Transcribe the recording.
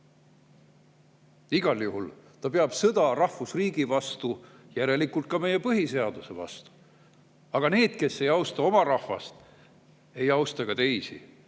Igal juhul peab ta sõda rahvusriigi vastu, järelikult ka meie põhiseaduse vastu. Aga need, kes ei austa oma rahvast, ei austa ka teisi.